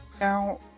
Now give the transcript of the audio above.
Now